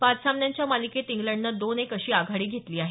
पाच सामन्यांच्या मालिकेत इंग्लंडनं दोन एक अशी आघाडी घेतली आहे